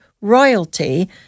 royalty –